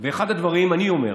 אחד הדברים, אני אומר,